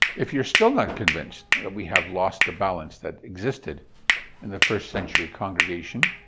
if you're still not convinced that we have lost the balance that existed in the first century congregation,